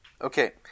Okay